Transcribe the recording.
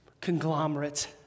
conglomerates